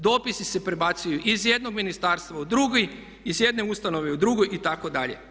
Dopisi se prebacuju iz jednog ministarstva u drugi, iz jedne ustanove u drugu itd.